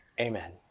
amen